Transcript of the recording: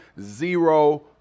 zero